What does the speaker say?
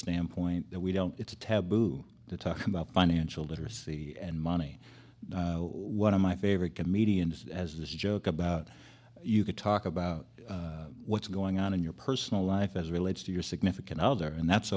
standpoint that we don't it's a taboo to talk about financial literacy and money one of my favorite comedians as this joke about you can talk about what's going on in your personal life as relates to your significant other and that's